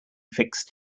fixed